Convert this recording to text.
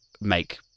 make